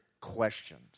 questions